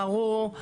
ברור,